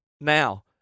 now